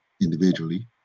individually